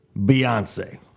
Beyonce